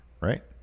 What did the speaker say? Right